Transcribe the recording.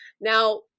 Now